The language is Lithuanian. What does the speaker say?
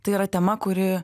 tai yra tema kuri